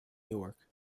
york